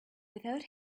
without